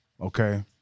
Okay